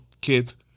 kids